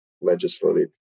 legislative